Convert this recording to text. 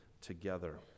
together